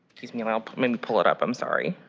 me um me pull it up. i'm sorry.